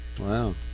Wow